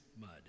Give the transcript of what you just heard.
mud